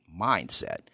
mindset